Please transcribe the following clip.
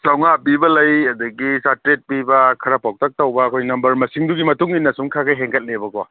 ꯆꯥꯝꯃꯉꯥ ꯄꯤꯕ ꯂꯩ ꯑꯗꯒꯤ ꯆꯥꯇ꯭ꯔꯦꯠ ꯄꯤꯕ ꯈꯔ ꯄꯧꯇꯛ ꯇꯧꯕ ꯑꯩꯈꯣꯏ ꯅꯝꯕꯔ ꯃꯁꯤꯡꯗꯨꯒꯤ ꯃꯇꯨꯡꯏꯟꯅ ꯁꯨꯝ ꯈꯒ ꯍꯦꯟꯒꯠꯂꯦꯕꯀꯣ